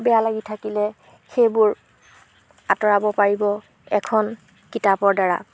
বেয়া লাগি থাকিলে সেইবোৰ আঁতৰাব পাৰিব এখন কিতাপৰ দ্বাৰা